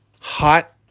Hot